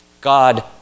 God